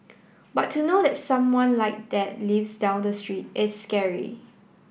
but to know that someone like that lives down the street is scary